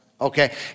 okay